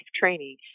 training